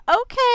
okay